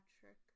Patrick